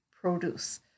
produce